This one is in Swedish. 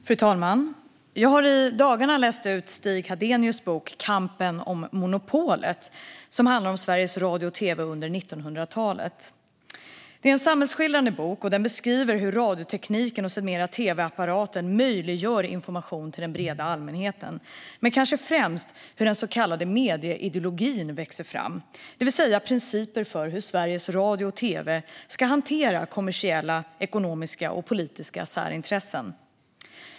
Fru talman! Jag har i dagarna läst ut Stig Hadenius bok Kampen om monopolet , som handlar om Sveriges radio och tv och under 1900-talet. Det är en samhällsskildrande bok som beskriver hur radiotekniken och sedermera tv-apparaten möjliggör information till den breda allmänheten och kanske främst hur den så kallade medieideologin växer fram, det vill säga principer för hur Sveriges radio och tv ska hantera kommersiella, ekonomiska och politiska särintressen.